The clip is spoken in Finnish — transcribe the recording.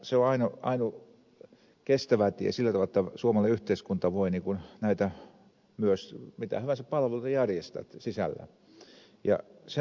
se on ainut kestävä tie sillä tavalla jotta suomalainen yhteiskunta voi myös mitä hyvänsä palveluita järjestää sisällään